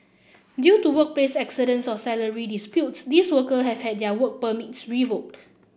due to workplace accidents or salary disputes these worker have had their work permits revoked